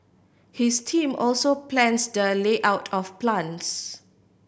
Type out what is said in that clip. his team also plans the layout of plants